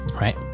right